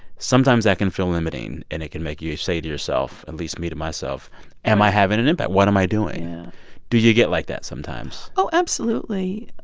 sometimes that can feel limiting. and it can make you say to yourself at least me to myself am i having an impact? what am i doing? yeah do you get like that sometimes? oh, absolutely.